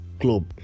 club